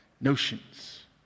Notions